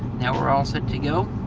now we're all set to go.